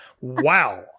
Wow